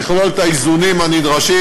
תכלול את האיזונים הנדרשים,